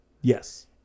Yes